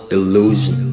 Illusion